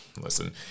Listen